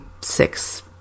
six